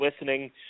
listening